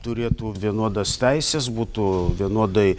turėtų vienodas teises būtų vienodai